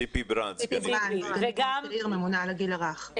ציפי ברנד, סגנית ראש העיר, ממונה על הגיל הרך.